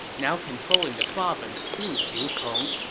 now controlling the province through liu cong,